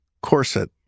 corset